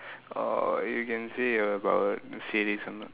orh you can say about the series one